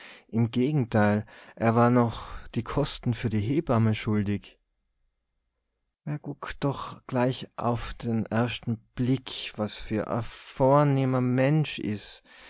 im gegenteil er war noch die kosten für die hebamme schuldig merr guckt doch gleich uff de ehrschte blick was e vornehmer mensch is